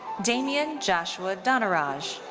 damian joshua dhanaraj.